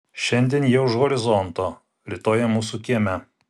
šiandien jie už horizonto rytoj jie mūsų kieme